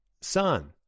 son